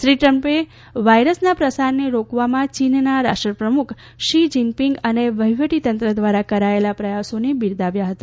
શ્રી ટ્રમ્પે વાયરસના પ્રસારને રોકવામાં ચીનના રાષ્ટ્રપ્રમુખ શી જીનપીંગ અને વહિવટીતંત્ર દ્વારા કરાયેલા પ્રયાસોને બિરદાવ્યા હતા